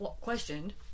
questioned